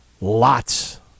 Lots